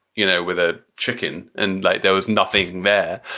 you know, with a chicken. and like there was nothing there.